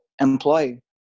employee